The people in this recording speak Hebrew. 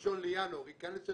ה-1 בינואר, ייכנס לתוקפו,